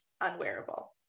unwearable